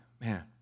man